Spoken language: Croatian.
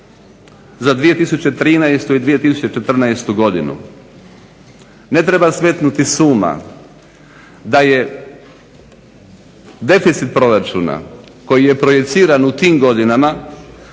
za 2013.i 2014.godinu. Ne treba smetnuti s uma da je deficit proračuna koji je projiciran u tim godinama